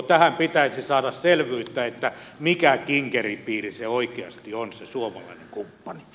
tähän pitäisi saada selvyyttä mikä kinkeripiiri oikeasti on se suomalainen kumppani